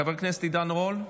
חבר הכנסת עידן רול.